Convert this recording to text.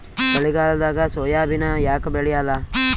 ಚಳಿಗಾಲದಾಗ ಸೋಯಾಬಿನ ಯಾಕ ಬೆಳ್ಯಾಲ?